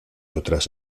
otras